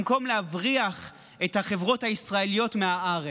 במקום להבריח את החברות הישראליות מהארץ.